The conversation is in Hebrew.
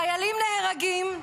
חיילים נהרגים,